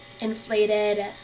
inflated